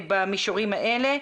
במישורים האלה.